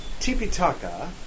Tipitaka